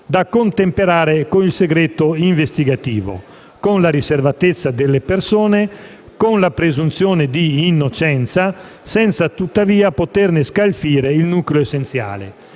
da contemperare con il segreto investigativo, con il diritto alla riservatezza delle persone, con la presunzione d'innocenza, senza tuttavia poterne scalfire il nucleo essenziale.